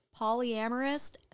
polyamorous